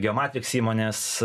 geomatriks įmonės